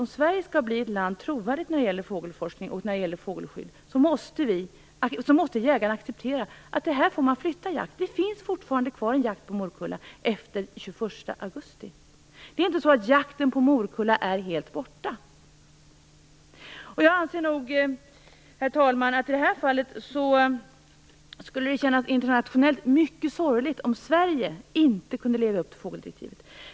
Om Sverige skall bli ett land som är trovärdigt när det gäller fågelforskning och fågelskydd måste jägarna acceptera att jakten måste flyttas. Det finns fortfarande kvar möjligheter att bedriva jakt på morkulla efter den 21 augusti. Det är inte så att jakten på morkulla är helt borta. Herr talman! I det här fallet anser jag att det ur internationell synpunkt skulle kännas mycket sorgligt om Sverige inte kunde leva upp till fågeldirektivet.